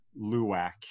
Luwak